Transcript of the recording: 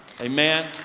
Amen